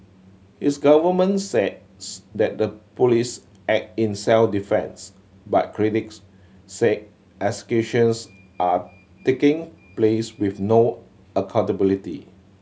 his government says that the police act in self defence but critics say executions are taking place with no accountability